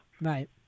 Right